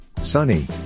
sunny